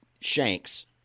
shanks